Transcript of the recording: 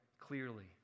clearly